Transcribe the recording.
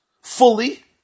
fully